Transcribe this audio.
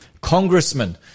congressman